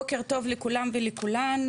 בוקר טוב לכולם ולכולן,